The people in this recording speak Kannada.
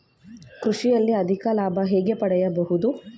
ಕೃಷಿಯಲ್ಲಿ ಅಧಿಕ ಲಾಭ ಹೇಗೆ ಪಡೆಯಬಹುದು?